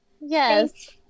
Yes